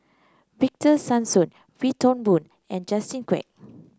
Victor Sassoon Wee Toon Boon and Justin Quek